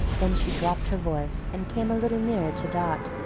then she dropped her voice, and came a little nearer to dot,